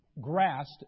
grasped